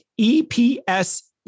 EPS